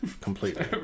completely